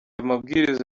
mabwiriza